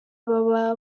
baba